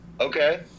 Okay